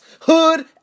hood